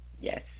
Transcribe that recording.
yes